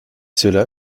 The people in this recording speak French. cela